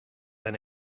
and